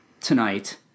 tonight